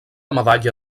medalla